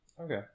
okay